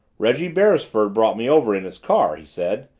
reggie beresford brought me over in his car, he said.